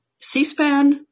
C-SPAN